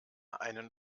einen